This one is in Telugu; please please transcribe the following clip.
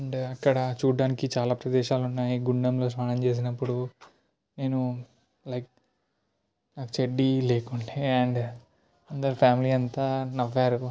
అండ్ అక్కడ చూడ్డానికి చాలా ప్రదేశాలు ఉన్నాయి గుండంలో స్నానం చేసినప్పుడు నేను లైక్ నాకు చెడ్డి లేకుంటే అండ్ అందరూ ఫ్యామిలీ అంతా నవ్వారు